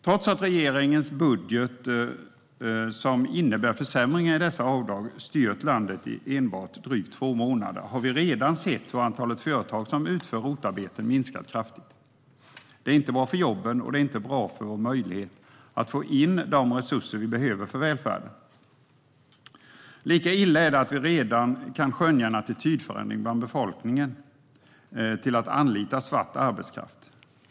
Trots att regeringens budget, som innebär försämringar i dessa avdrag, styrt landet i enbart drygt två månader har vi redan sett hur antalet företag som utför ROT-arbeten minskat kraftigt. Det är inte bra för jobben och det är inte bra för vår möjlighet att få in de resurser som vi behöver för välfärden. Lika illa är det att vi redan kan skönja en attitydförändring bland befolkningen till att anlita svart arbetskraft.